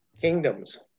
Kingdoms